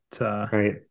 Right